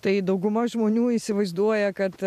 tai dauguma žmonių įsivaizduoja kad